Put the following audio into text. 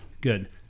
Good